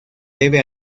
debe